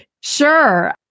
Sure